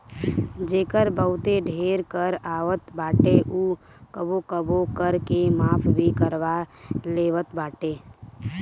जेकर बहुते ढेर कर आवत बाटे उ कबो कबो कर के माफ़ भी करवा लेवत बाटे